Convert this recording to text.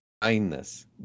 kindness